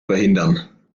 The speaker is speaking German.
verhindern